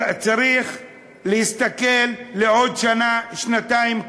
צריך להסתכל עוד שנה, שנתיים קדימה.